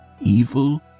evil